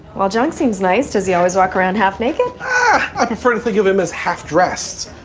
while junk seems nice, does he always walk around half naked at the front? think of him as half dressed.